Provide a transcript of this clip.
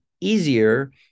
easier